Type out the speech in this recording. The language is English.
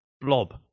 Blob